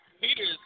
Peters